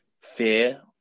fear